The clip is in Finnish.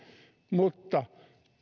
mutta